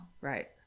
Right